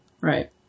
Right